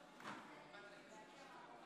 אני קובע שהצעת החוק לא עברה.